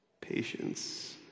Patience